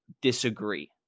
disagree